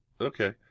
Okay